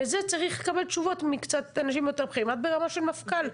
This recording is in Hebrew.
וזה צריך לקבל תשובות מאנשים יותר בכירים עד רמה של מפכ"ל,